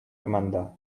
amanda